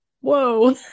whoa